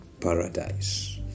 paradise